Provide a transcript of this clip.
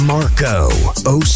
Marco